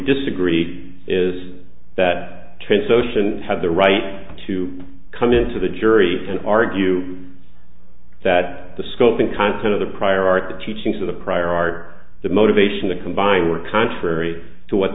disagreed is that trace ocean had the right to come into the jury and argue that the scope and content of the prior art the teachings of the prior art the motivation to combine were contrary to what